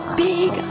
big